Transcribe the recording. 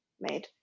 made